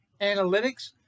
Analytics